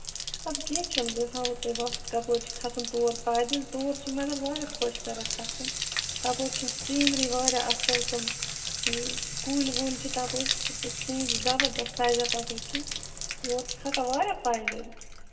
اَد کیٚنٛہہ چھُنہٕ بہٕ ہاوو تۄہہِ وَتھ کَپٲرۍ چھُ کھَسُن تور پَیدٔلۍ تور چھِ مگر واریاہ خۄش کَران کھسُن تَپٲرۍ چھِ سیٖنری واریاہ اَصٕل تِم یہِ کُلۍ وُلۍ چھِ تَپٲرۍ سُہ چھِ پَتہٕ سیٖنری زبَردس سَجان تَپٲرۍ کِنۍ یور چھِ کھسان واریاہ پَیدٔلۍ